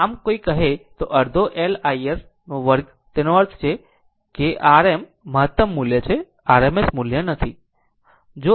આમ જો કોઈ કહે છે કે અડધો L I 2 નો અર્થ છે તો તે R m મહતમ મૂલ્ય છે RMS મૂલ્ય નથી